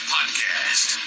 Podcast